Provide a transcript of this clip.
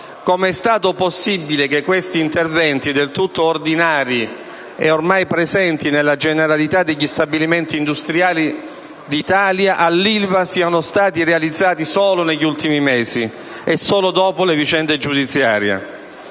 com'é stato possibile che questi interventi, del tutto ordinari e ormai presenti nella generalità degli stabilimenti industriali, all'Ilva siano stati realizzati solo negli ultimi mesi e solo dopo le vicende giudiziarie?